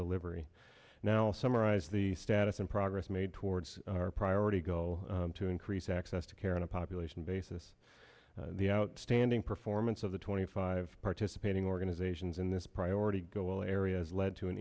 delivery now summarize the status and progress made towards our priority go to increase access to care on a population basis the outstanding performance of the twenty five participating organizations in this priority go all areas led to an